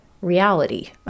reality